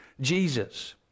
Jesus